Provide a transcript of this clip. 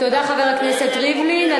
תודה, חבר הכנסת ריבלין.